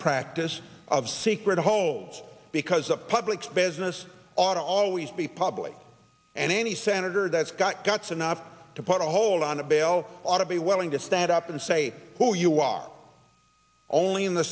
practice of secret homes because the public's business ought always be public and any senator that's got guts enough to put a hold on a bail ought to be willing to stand up and say who you are only in the